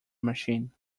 machine